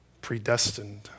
predestined